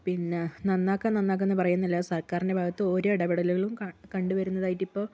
പിന്നെ നന്നാക്കാം നന്നാക്കാം എന്നു പറയുന്നതല്ലാതെ സർക്കാരിന്റെ ഭാഗത്ത് ഒരു ഇടപെടലുകളും കണ്ടുവരുന്നതായിട്ടിപ്പോൾ